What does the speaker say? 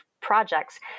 projects